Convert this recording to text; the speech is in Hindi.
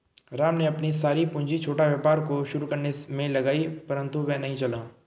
राम ने अपनी सारी पूंजी छोटा व्यापार को शुरू करने मे लगाई परन्तु वह नहीं चला